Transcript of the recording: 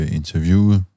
interviewet